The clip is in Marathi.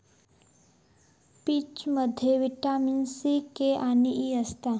पीचमध्ये विटामीन सी, के आणि ई असता